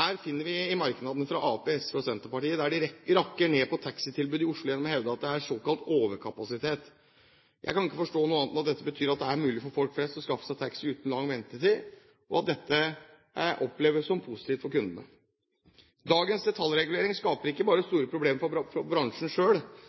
er, finner vi i merknadene fra Arbeiderpartiet, SV og Senterpartiet, der de rakker ned på taxitilbudet i Oslo gjennom å hevde at det er såkalt «overkapasitet». Jeg kan ikke forstå annet enn at dette betyr at det er mulig for folk flest å skaffe seg taxi uten lang ventetid, og at dette oppleves som positivt for kundene. Dagens detaljregulering skaper ikke bare store problemer for bransjen selv, men også for